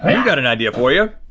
i mean got an idea for you.